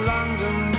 London